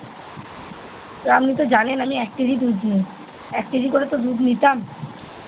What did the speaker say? আমনি তো জানেন আমি এক কেজি দুধ নিই এক কেজি করে তো দুধ নিতাম